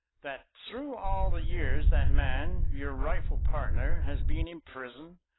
that through all the years that man your rightful partner has been in prison,